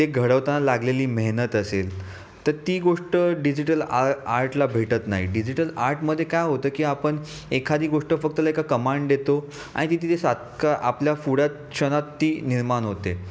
ते घडवताना लागलेली मेहनत असेल तर ती गोष्ट डिजिटल आ आर्टला भेटत नाही डिजिटल आर्टमध्ये काय होतं की आपण एखादी गोष्ट फक्त लाइक अ कमांड देतो आणि तिथे सारखं आपल्या पुढ्यात क्षणात ती निर्माण होते